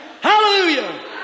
Hallelujah